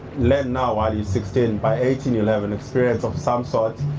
learn now while you're sixteen. by eighteen you'll have an experience of some sort.